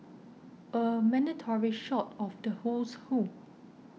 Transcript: a mandatory shot of the who's who